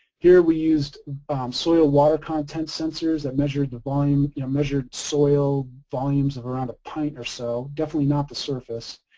here we used soil water content sensors that measured the volume, you know measured soil volumes of around a pint or so, definitely not the surface.